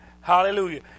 Hallelujah